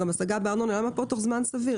אבל למה תוך זמן סביר?